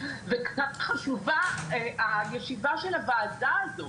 וחשובה הישיבה של הוועדה הזאת,